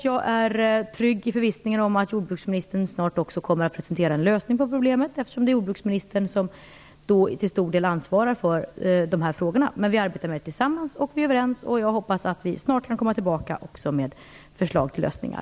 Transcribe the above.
Jag är trygg i förvissningen om att jordbruksministern snart också kommer att presentera en lösning på problemet, eftersom det är jordbruksministern som till stor del ansvarar för dessa frågor. Men vi arbetar med dem tillsammans och är överens. Jag hoppas att vi snart kan återkomma med förslag på lösningar.